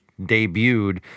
debuted